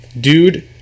Dude